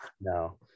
no